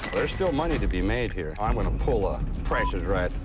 there's still money to be made here. i'm gonna pull a price is right.